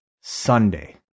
Sunday